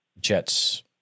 jets